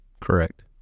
Correct